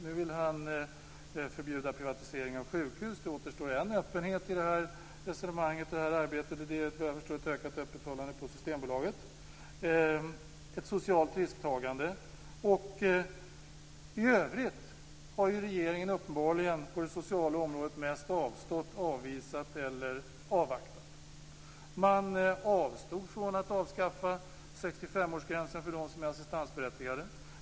Nu vill han förbjuda privatisering av sjukhus. Det återstår en öppen fråga i det här resonemanget och arbetet, och det är, såvitt jag förstår, ett ökat öppethållande på Systembolaget - ett socialt risktagande. I övrigt har ju regeringen uppenbarligen på det sociala området mest avstått, avvisat eller avvaktat. Man avstod från att avskaffa 65-årsgränsen för dem som är assistansberättigade.